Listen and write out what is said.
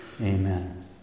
Amen